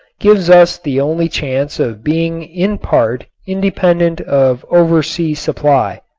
gives us the only chance of being in part independent of oversea supply.